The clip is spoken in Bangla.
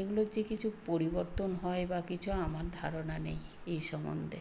এগুলোর যে কিছু পরিবর্তন হয় বা কিছু আমার ধারণা নেই এই সম্বন্ধে